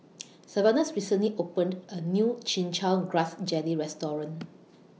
Sylvanus recently opened A New Chin Chow Grass Jelly Restaurant